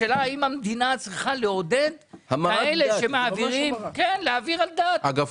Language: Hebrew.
השאלה האם המדינה צריכה לעודד כאלה שמעבירים אנשים על דתם,